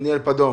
בבקשה.